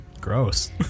Gross